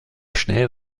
schnell